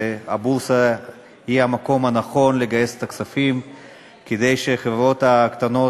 והבורסה היא המקום הנכון לגייס את הכספים כדי שהחברות הקטנות,